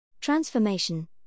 Transformation